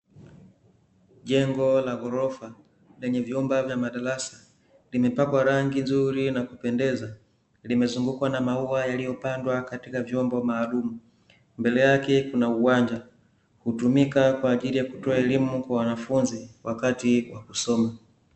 Jengo la ghorofa lenye vyumba vya madarasa limepakwa rangi nzuri na kupendeza, limezungukwa na maua yaliyopandwa katika vyombo maalum. Mbele yake kuna uwanja, hutumika kwa ajili ya kutoa elimu kwa wanafunzi wakati wa kusoma.